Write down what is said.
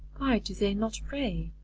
why do they not pray?